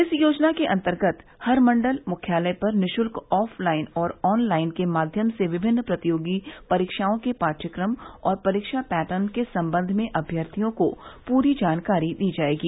इस योजना के अंतर्गत हर मण्डल मुख्यालय पर निःशुल्क ऑफलाइन और ऑनलाइन के माध्यम से विभिन्न प्रतियोगी परीक्षाओं के पाठ्यक्रम और परीक्षा पैटर्न के संबंध में अम्यर्थियों को पूरी जानकारी दी जायेगी